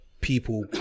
people